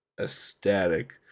ecstatic